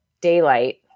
daylight